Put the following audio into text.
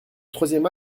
troisième